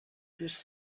دوست